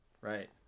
Right